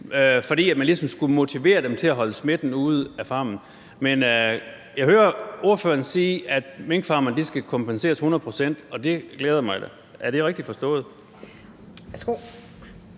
fordi man ligesom skulle motivere dem til at holde smitten ude af farmen. Men jeg hører ordføreren sige, at minkfarmerne skal kompenseres 100 pct., og det glæder mig da. Er det rigtigt forstået?